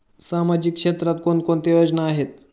सामाजिक क्षेत्रात कोणकोणत्या योजना आहेत?